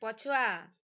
ପଛୁଆ